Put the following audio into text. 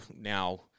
now